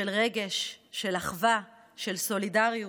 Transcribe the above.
של רגש, של אחווה, של סולידריות.